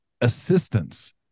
assistance